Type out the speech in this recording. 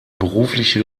berufliche